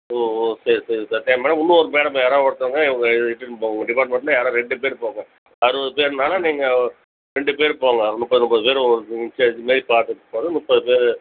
ஓ ஓ சரி சரி இன்னோரு மேடம் யாராவது ஒருத்தவங்க இவங்க இது டிபார்ட்மெண்ட்டில் யாராவது ரெண்டு பேர் போங்க அறுபது பேர்னால நீங்கள் ரெண்டு பேர் போங்க முப்பது முப்பது பேர் ஒரு இன்ச்சார்ஜ் மாரி பார்த்துட்டு போங்க முப்பது பேர்